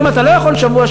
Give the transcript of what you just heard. ואם אתה לא יכול שבוע-שבוע,